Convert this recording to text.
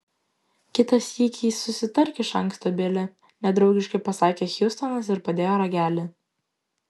kitą sykį susitark iš anksto bili nedraugiškai pasakė hjustonas ir padėjo ragelį